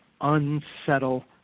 unsettle